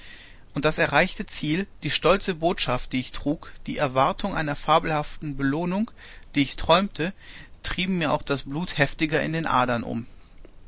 und das erreichte ziel die stolze botschaft die ich trug die erwartung einer fabelhaften belohnung die ich träumte trieben mir auch das blut heftiger in den adern um